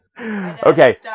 Okay